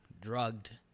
drugged